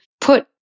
put